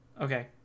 okay